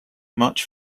much